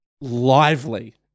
Lively